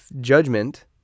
judgment